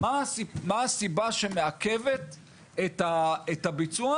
מה הסיבה שמעכבת את הביצוע?